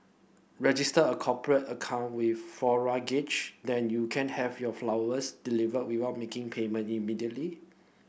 register a cooperate account with Floral Garage then you can have your flowers delivered without making payment immediately